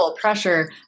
pressure